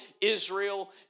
Israel